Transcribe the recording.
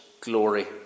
glory